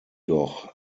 doch